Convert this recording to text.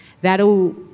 that'll